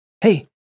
Hey